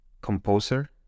composer